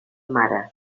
mare